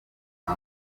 uwa